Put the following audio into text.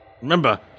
Remember